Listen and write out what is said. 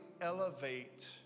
elevate